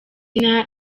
izina